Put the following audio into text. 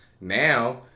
Now